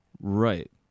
Right